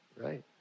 right